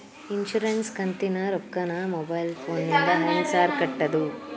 Insurance ಕಂತಿನ ರೊಕ್ಕನಾ mobile ಫೋನಿಂದ ಹೆಂಗ್ ಸಾರ್ ಕಟ್ಟದು?